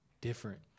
different